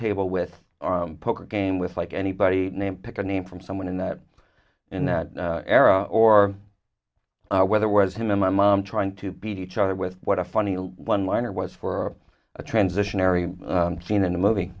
table with a poker game with like anybody name pick a name from someone in that in that era or our weather was him and my mom trying to beat each other with what a funny one liner was for a transitionary scene in the movie